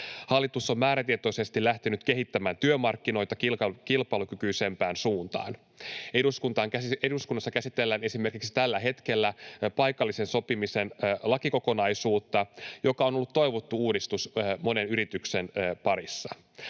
Hallitus on määrätietoisesti lähtenyt kehittämään työmarkkinoita kilpailukykyisempään suuntaan. Eduskunnassa käsitellään tällä hetkellä esimerkiksi paikallisen sopimisen lakikokonaisuutta, joka on ollut toivottu uudistus monen yrityksen parissa.